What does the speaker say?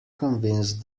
convince